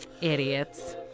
Idiots